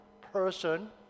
person